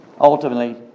Ultimately